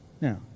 Now